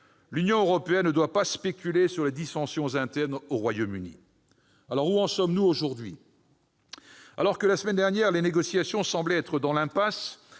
l'Union européenne ne doit pas spéculer sur les dissensions internes au Royaume-Uni. Où en sommes-nous aujourd'hui ? Alors que, la semaine dernière, les négociations semblaient être dans l'impasse,